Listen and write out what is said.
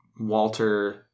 Walter